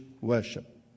worship